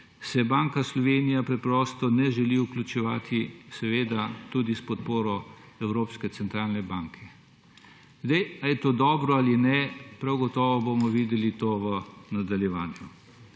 se Banka Slovenija preprosto ne želi vključevati, seveda tudi s podporo Evropske centralne banke. Ali je to dobro ali ne, bomo prav gotovo videli v nadaljevanju.